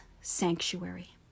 sanctuary